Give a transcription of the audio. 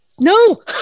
no